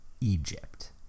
egypt